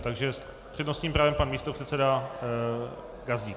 Takže s přednostním právem pan místopředseda Gazdík.